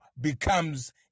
becomes